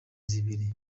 zibiri